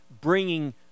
bringing